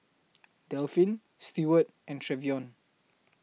Delphin Steward and Trevion